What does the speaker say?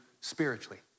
spiritually